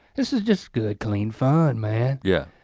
this is just good, clean, fun, man. yeah.